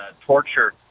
torture